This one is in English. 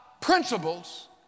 principles